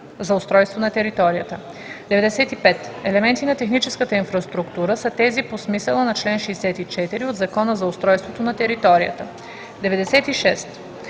за устройство на територията. 95. „Елементи на техническата инфраструктура” са тези по смисъла на чл. 64 от Закона за устройство на територията. 96.